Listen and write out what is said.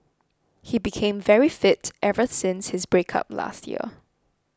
he became very fit ever since his breakup last year